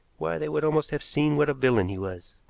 why, they would almost have seen what a villain he was.